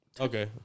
Okay